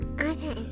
Okay